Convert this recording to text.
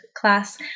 class